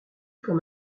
comme